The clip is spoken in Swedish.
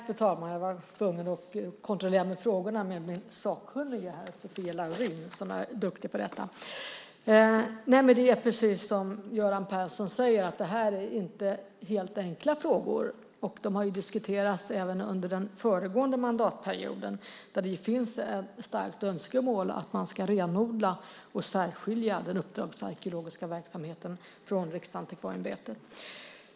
Fru talman! Som Göran Persson säger är de här inte några helt enkla frågor. De har diskuterats även under den föregående mandatperioden. Det finns ett starkt önskemål att man ska renodla och särskilja den uppdragsarkeologiska verksamheten från Riksantikvarieämbetet.